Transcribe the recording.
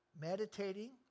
meditating